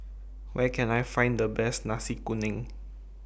Where Can I Find The Best Nasi Kuning